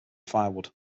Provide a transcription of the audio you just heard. firewood